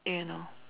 you know